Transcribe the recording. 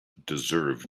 deserve